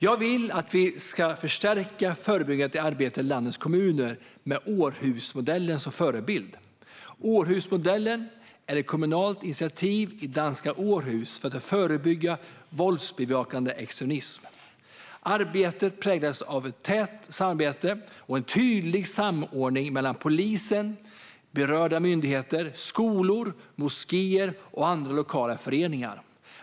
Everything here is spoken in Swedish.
Jag vill att vi ska förstärka det förebyggande arbetet i landets kommuner med Århusmodellen som förebild. Århusmodellen är ett kommunalt initiativ i danska Århus för att förebygga våldsbejakande extremism. Arbetet präglas av ett tätt samarbete och en tydlig samordning mellan polisen, berörda myndigheter, skolor, moskéer och andra lokala föreningar.